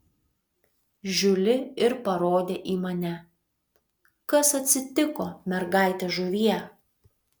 žiuli ir parodė į mane kas atsitiko mergaite žuvie